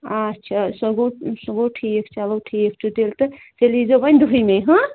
آچھا سُہ گوٚو سُہ گوٚو ٹھیٖک چلو ٹھیٖک چھُ تیٚلہِ تہٕ تیٚلہِ ییٖزیو وۄنۍ دٔہِمے ہہ